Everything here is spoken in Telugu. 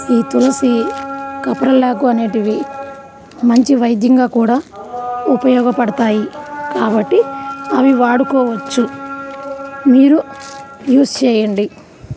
ఈ తులసి కప్రిల్లాకు అనేటివి మంచి వైద్యంగా కూడా ఉపయోగపడతాయి కాబట్టి అవి వాడుకోవచ్చు మీరు యూజ్ చేయండి